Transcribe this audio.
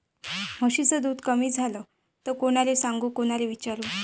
म्हशीचं दूध कमी झालं त कोनाले सांगू कोनाले विचारू?